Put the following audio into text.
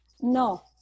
No